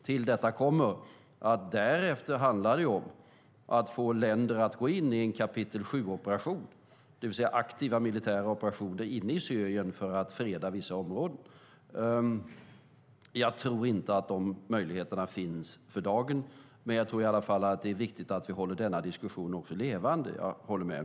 Till detta kommer att det därefter handlar om att få länder att gå in i en kapitel 7-operation, det vill säga aktiva militära operationer inne i Syrien, för att freda vissa områden. Jag tror inte att de möjligheterna finns för dagen, men jag tror i alla fall att det är viktigt att vi håller diskussionen levande.